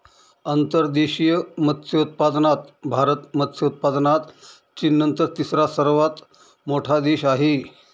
अंतर्देशीय मत्स्योत्पादनात भारत मत्स्य उत्पादनात चीननंतर तिसरा सर्वात मोठा देश आहे